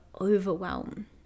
overwhelm